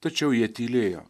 tačiau jie tylėjo